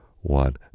one